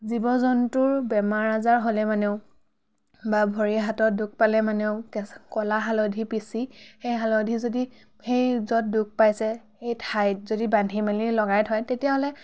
জীৱ জন্তুৰ বেমাৰ আজাৰ হ'লে মানেও বা ভৰি হাতত দুখ পালে মানেও কেচা ক'লা হালধি পিচি সেই হালধি যদি সেই য'ত দুখ পাইছে সেই ঠাইত যদি বান্ধি মেলি লগাই থয় তেতিয়াহ'লে